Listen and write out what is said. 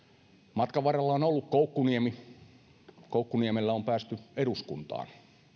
matkan varrella on ollut koukkuniemi koukkuniemellä on päästy eduskuntaan